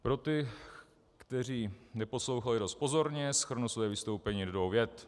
Pro ty, kteří neposlouchali dost pozorně, shrnu svoje vystoupení do dvou vět.